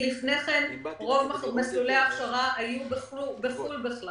לפני כן, רוב מסלולי ההכשרה היו בכלל בחו"ל.